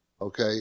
okay